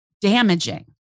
damaging